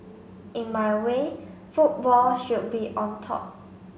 in my way football should be on top